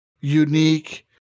unique